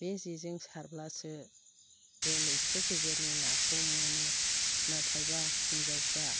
बे जेजों सारब्लासो बे लैथो गेजेरनि नाखौ मोनो नाथायबा हिन्जावफ्रा